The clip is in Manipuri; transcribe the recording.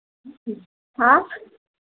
ꯍꯥ